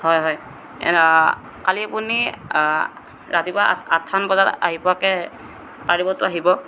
হয় হয় কালি আপুনি ৰাতিপুৱা আঠ আঠটামান বজাত আহি পোৱাকে পাৰিবতো আহিব